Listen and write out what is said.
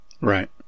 Right